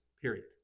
period